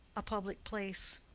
a public place.